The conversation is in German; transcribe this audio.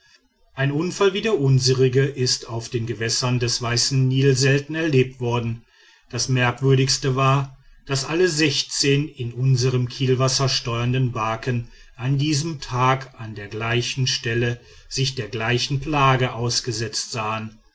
ein unfall wie der unsrige ist auf den gewässern des weißen nil selten erlebt worden das merkwürdigste war daß alle sechzehn in unserm kielwasser steuernden barken an diesem tage an der gleichen stelle sich der gleichen plage ausgesetzt sahen